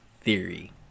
theory